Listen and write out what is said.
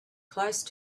close